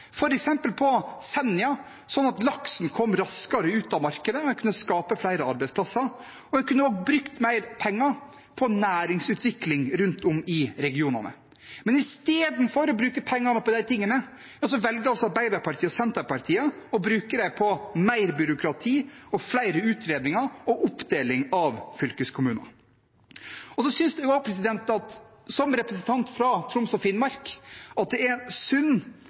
på Senja, sånn at laksen kom raskere ut på markedet, en kunne skape flere arbeidsplasser, og en kunne ha brukt mer penger på næringsutvikling rundt om i regionene. Men istedenfor å bruke pengene på de tingene velger Arbeiderpartiet og Senterpartiet å bruke dem på mer byråkrati og flere utredninger og oppdeling av fylkeskommuner. Så synes jeg også som representant fra Troms og Finnmark at det er